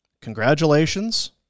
congratulations